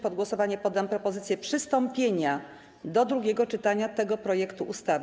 Pod głosowanie poddam propozycję przystąpienia do drugiego czytania tego projektu ustawy.